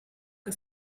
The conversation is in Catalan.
que